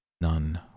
None